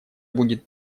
будет